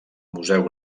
museu